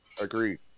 Agreed